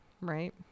Right